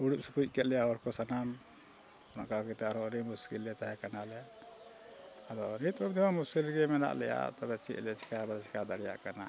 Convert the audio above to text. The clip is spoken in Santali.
ᱩᱲᱩᱡ ᱥᱩᱠᱩᱡ ᱠᱮᱫ ᱞᱮᱭᱟ ᱦᱚᱲ ᱠᱚ ᱥᱟᱱᱟᱢ ᱱᱚᱝᱠᱟ ᱠᱟᱛᱮᱫ ᱟᱨᱦᱚᱸ ᱟᱹᱰᱤ ᱢᱩᱥᱠᱤᱞ ᱞᱮ ᱛᱟᱦᱮᱸ ᱠᱟᱱᱟᱞᱮ ᱟᱫᱚ ᱱᱤᱛᱦᱚᱸ ᱛᱷᱚᱲᱟ ᱢᱩᱥᱠᱤᱞ ᱨᱮᱜᱮ ᱢᱮᱱᱟᱜ ᱞᱮᱭᱟ ᱛᱚᱵᱮ ᱪᱮᱫ ᱞᱮ ᱪᱤᱠᱟᱹᱭᱟ ᱵᱟᱞᱮ ᱪᱤᱠᱟᱹ ᱫᱟᱲᱮᱭᱟᱜ ᱠᱟᱱᱟ